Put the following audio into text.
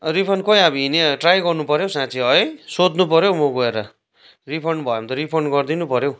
refund खै अब हिनि ट्राई गर्नु पऱ्य हौ है साँच्ची है सोध्नुपऱ्यो हौ म गएर रिफन्ड भयो भने त रिफन्ड गरिदिनु पऱ्यो हौ